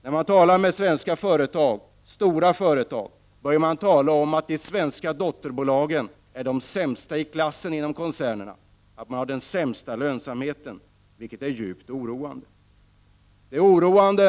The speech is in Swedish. När man talar med representanter för stora svenska företag får man veta att de svenska dotterbolagen är de sämsta inom koncernerna och har den sämsta lönsamheten. Detta är djupt oroande.